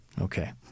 Okay